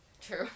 True